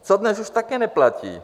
To dnes už také neplatí.